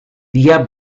dia